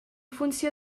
funció